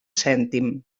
cèntim